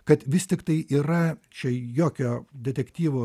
kad vis tiktai yra čia jokio detektyvo